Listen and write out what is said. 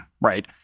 right